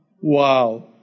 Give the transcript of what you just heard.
Wow